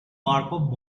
markov